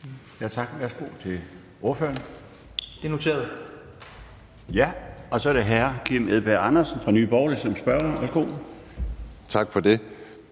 Tak for det.